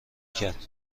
کرد